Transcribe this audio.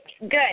Good